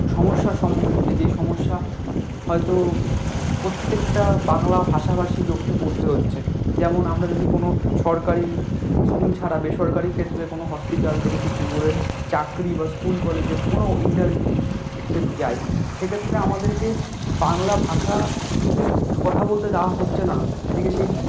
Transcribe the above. সমস্যার সম্মুখীন যে যেই সমস্যা হয়তো প্রত্যেকটা বাংলা ভাষাভাষী লোককে পড়তে হচ্ছে যেমন আমরা যদি কোনও সরকারি স্কুল ছাড়া বেসরকারি ক্ষেত্রে কোনও হসপিটাল থেকে শুরু করে চাকরি বা স্কুল কলেজে কোনও ইন্টারভিউতে যাই সে ক্ষেত্রে আমাদেরকে বাংলা ভাষাতে ক কথা বলতে দাওয়া হচ্ছে না এদিকে সেই